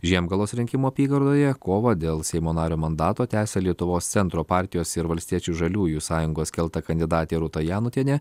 žiemgalos rinkimų apygardoje kovą dėl seimo nario mandato tęsia lietuvos centro partijos ir valstiečių žaliųjų sąjungos kelta kandidatė rūta janutienė